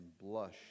blush